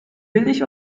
billig